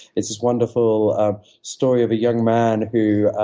it's this wonderful story of a young man who